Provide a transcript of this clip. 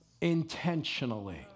intentionally